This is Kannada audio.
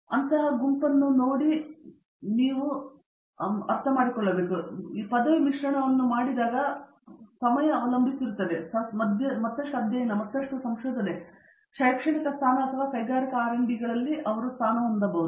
ಆದ್ದರಿಂದ ಗುಂಪನ್ನು ನೀವು ಮಾಡುವ ವಿಷಯದ ಮೇಲೆ ಅವಲಂಬಿಸಿ ಹಾಗೆಯೇ ನೀವು ಈ 3 ಪದವಿ ಮಿಶ್ರಣವನ್ನು ಮಾಡಿದಾಗ ಸಮಯವನ್ನು ಅವಲಂಬಿಸಿರುತ್ತದೆ ಮತ್ತಷ್ಟು ಅಧ್ಯಯನ ಮತ್ತಷ್ಟು ಸಂಶೋಧನೆ ಶೈಕ್ಷಣಿಕ ಸ್ಥಾನ ಅಥವಾ ಕೈಗಾರಿಕಾ ಆರ್ ಮತ್ತು ಡಿ